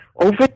over